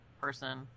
person